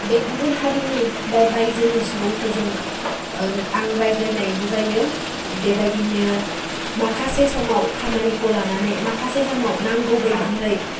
बे गुबुन हारिनि बे बाइजोनि सुबुंफोरजों आं रायज्लायनायबो जायो बेबायदिनो माखासे समाव खामानिखौ लानानै माखासे समाव नांगौबायदिहाय